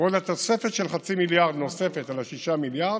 ואת התוספת של חצי מיליארד נוספים על ה-6 מיליארד,